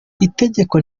itegeko